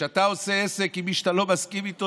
כשאתה עושה עסק עם מי שאתה לא מסכים איתו,